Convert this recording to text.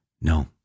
No